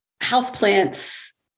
houseplants